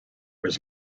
was